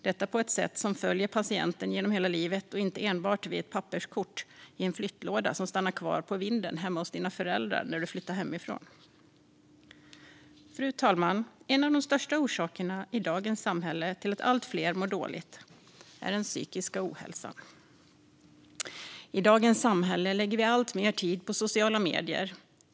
Registret skulle följa patienten genom hela livet och inte enbart finnas via ett papperskort i en flyttlåda som stannar kvar på vinden hemma hos dina föräldrar när du flyttar hemifrån. Fru talman! En av de största orsakerna i dagens samhälle till att allt fler mår dåligt är den psykiska ohälsan. I dagens samhälle lägger vi alltmer tid på sociala medier.